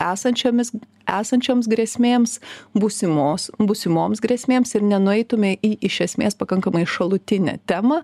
esančiomis esančioms grėsmėms būsimos būsimoms grėsmėms ir nenueitume į iš esmės pakankamai šalutinę temą